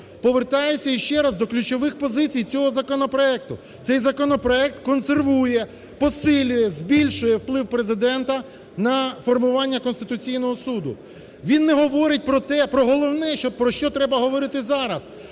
Повертаюся ще раз до ключових позицій цього законопроекту. Цей законопроект консервує, посилює, збільшує вплив Президента на формування Конституційного Суду. Він не говорить про те, про головне, що про що треба говорити зараз.